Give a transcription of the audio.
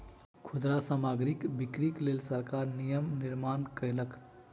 खुदरा सामग्रीक बिक्रीक लेल सरकार नियम निर्माण कयलक